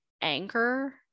anger